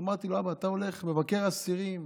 אבא, אתה הולך, מבקר אסירים,